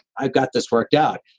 i've got this worked out.